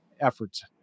efforts